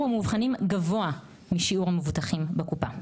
המאובחנים גבוה משיעור המבוטחים בקופה.